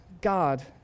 God